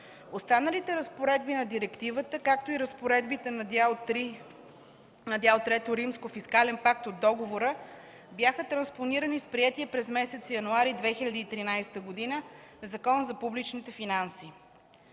Останалите разпоредби на директивата, както и разпоредбите на Дял III „Фискален пакт” от договора бяха транспонирани с приетия през месец януари 2013 г. Закон за публичните финанси.